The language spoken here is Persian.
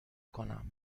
کنم